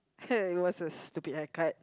it was a stupid haircut